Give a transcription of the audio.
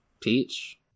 Peach